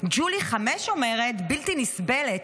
ג'ולי 5 אומרת: "בלתי נסבלת.